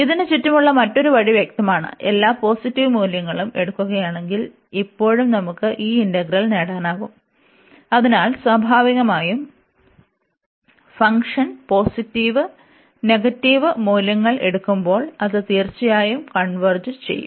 ഇതിന് ചുറ്റുമുള്ള മറ്റൊരു വഴി വ്യക്തമാണ് എല്ലാ പോസിറ്റീവ് മൂല്യങ്ങളും എടുക്കുകയാണെങ്കിൽ ഇപ്പോഴും നമുക്ക് ഈ ഇന്റഗ്രൽ നേടാനാകും അതിനാൽ സ്വാഭാവികമായും ഫംഗ്ഷൻ പോസിറ്റീവ് നെഗറ്റീവ് മൂല്യങ്ങൾ എടുക്കുമ്പോൾ അത് തീർച്ചയായും കൺവെർജ് ചെയ്യും